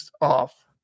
off